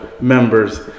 members